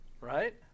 right